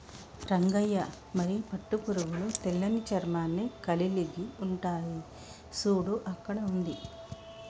రంగయ్య మరి పట్టు పురుగులు తెల్లని చర్మాన్ని కలిలిగి ఉంటాయి సూడు అక్కడ ఉంది